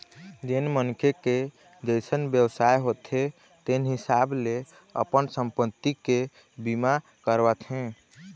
जेन मनखे के जइसन बेवसाय होथे तेन हिसाब ले अपन संपत्ति के बीमा करवाथे